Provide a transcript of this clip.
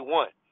one